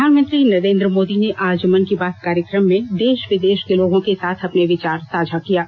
प्रधानमंत्री नरेन्द्र मोदी ने आज मन की बात कार्यक्रम में देश विदेश के लोगों के साथ अपने विचार साझा किये